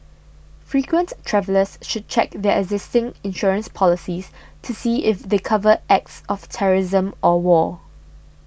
frequent travellers should check their existing insurance policies to see if they cover acts of terrorism or war